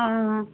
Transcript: অঁ